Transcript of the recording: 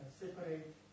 separate